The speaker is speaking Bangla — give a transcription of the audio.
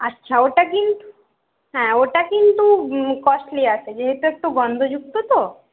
আচ্ছা ওটা কিন্তু হ্যাঁ ওটা কিন্তু কস্টলি আছে যেহেতু একটু গন্ধযুক্ত তো